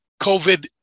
COVID